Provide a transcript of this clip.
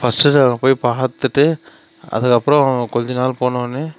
first நாங்கள் போய் பார்த்துட்டு அதுக்கப்றம் கொஞ்ச நாள் போனோடனே